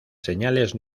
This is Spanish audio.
señales